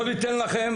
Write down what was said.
לא ניתן לכם